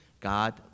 God